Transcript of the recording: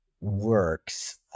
works